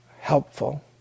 helpful